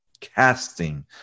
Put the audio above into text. casting